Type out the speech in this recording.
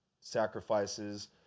sacrifices